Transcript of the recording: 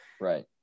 Right